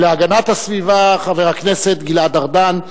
--- להגנת הסביבה, חבר הכנסת גלעד ארדן.